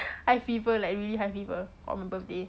I fever like really high fever on my birthday